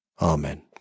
Amen